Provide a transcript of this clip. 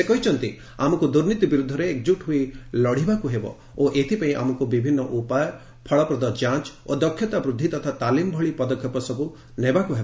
ସେ କହିଛନ୍ତି ଆମକୁ ଦୁର୍ନୀତି ବିରୁଦ୍ଧରେ ଏକଜୁଟ ହୋଇ ଲଢ଼ିବାକୁ ହେବ ଓ ଏଥିପାଇଁ ଆମକୁ ବିଭିନ୍ନ ଉପାୟ ଫଳପ୍ରଦ ଯାଞ୍ଚ୍ ଓ ଦକ୍ଷତା ବୃଦ୍ଧି ତଥା ତାଲିମ୍ ଭଳି ପଦକ୍ଷେପ ସବୁ ନେବାକୁ ହେବ